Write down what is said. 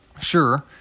Sure